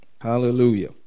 Hallelujah